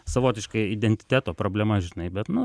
savotiška identiteto problema žinai bet nu